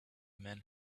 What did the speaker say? men